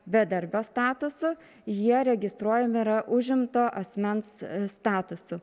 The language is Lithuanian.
bedarbio statusu jie registruojami yra užimto asmens statusu